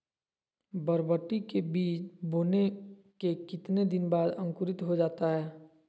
बरबटी के बीज बोने के कितने दिन बाद अंकुरित हो जाता है?